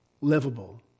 livable